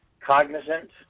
cognizant